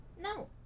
No